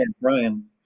Brian